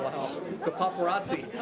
the paparazzi.